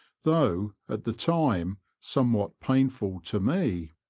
though, at the time, somewhat pain ful to me.